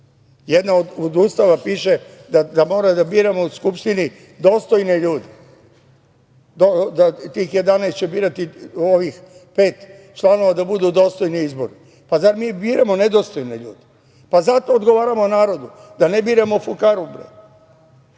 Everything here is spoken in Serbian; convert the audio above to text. U Ustavu piše da moramo da biramo u Skupštini dostojne ljude, tih 11 će birati ovih pet članova da budu dostojni izbora. Zar mi biramo nedostojne ljude? Zato odgovaramo narodu da ne biramo fukaru nego